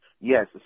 Yes